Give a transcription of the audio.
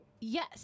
Yes